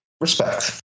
respect